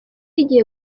igiye